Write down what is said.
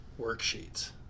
worksheets